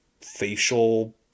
facial